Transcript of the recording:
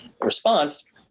response